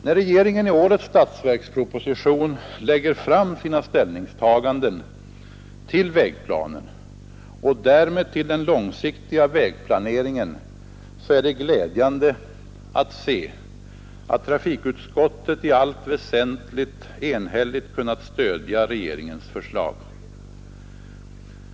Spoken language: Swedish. När regeringen i årets statsverksproposition lägger fram sina ställningstaganden till vägplanen och därmed till den långsiktiga vägplaneringen, är det glädjande att se att trafikutskottet i allt väsentligt enhälligt kunnat stödja regeringens förslag.